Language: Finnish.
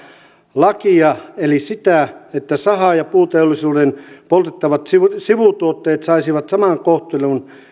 lakia eli sitä että saha ja puuteollisuuden poltettavat sivutuotteet saisivat saman kohtelun